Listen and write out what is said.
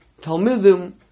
Talmudim